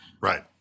Right